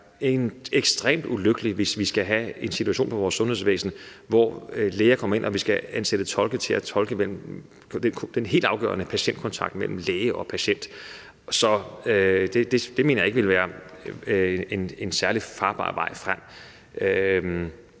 være ekstremt ulykkeligt, altså hvis vi skal have en situation i vores sundhedsvæsen, hvor vi i forbindelse med læger, der kommer hertil, skal ansætte tolke til den helt afgørende kontakt mellem læge og patient. Så det mener jeg ikke ville være en særlig farbar vej frem.